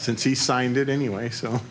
since he signed it anyway so